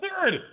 third